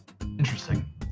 Interesting